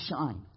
shine